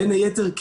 בין היתר,